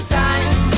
time